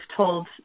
told